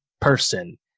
person